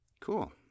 cool